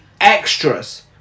extras